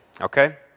okay